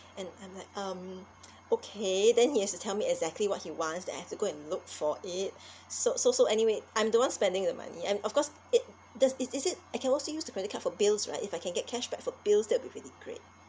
and I'm like um okay then he has to tell me exactly what he wants then I have to go and look for it so so so anyway I'm don't want spending the money and of course it does is is it I can also use the credit card for bills right if I can get cashback for bills that'll be really great